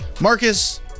Marcus